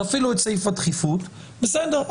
תפעילו את סעיף הדחיפות, בסדר.